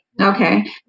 Okay